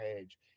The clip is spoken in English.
age